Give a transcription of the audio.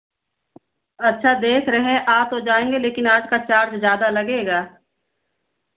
अच्छा देख रहें आ तो जाएँगे लेकिन आज का चार्ज़ ज़्यादा लगेगा